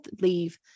leave